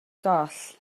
goll